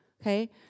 okay